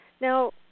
now